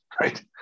right